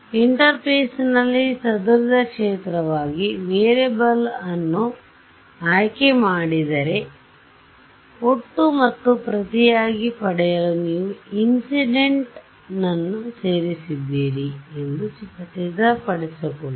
ಇಂಟರ್ಫೇಸ್ನಲ್ಲಿ ಚದುರಿದ ಕ್ಷೇತ್ರವಾಗಿ ವೇರಿಯೇಬಲ್ ಅನ್ನು ಆಯ್ಕೆ ಮಾಡಿದರೆ ಒಟ್ಟು ಮತ್ತು ಪ್ರತಿಯಾಗಿ ಪಡೆಯಲು ನೀವು ಇನ್ಸಿಡೆಂಟ್ ನ್ನು ಸೇರಿಸಿದ್ದೀರಿ ಎಂದು ಖಚಿತಪಡಿಸಿಕೊಳ್ಳಿ